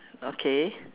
okay